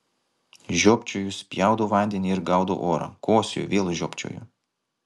žiopčioju spjaudau vandenį ir gaudau orą kosėju vėl žiopčioju